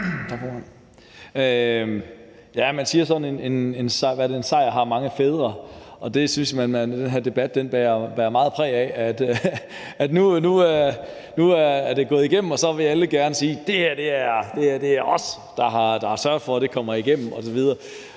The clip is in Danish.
Man siger, at en sejr har mange fædre, og jeg synes, at den her debat bærer meget præg af, at nu er det gået igennem, og så vil alle gerne sige: Det er os, der har sørget for, at det kommer igennem osv.